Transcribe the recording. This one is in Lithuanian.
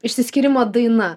išsiskyrimo daina